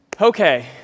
Okay